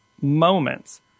moments